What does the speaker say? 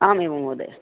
आम् एवं महोदय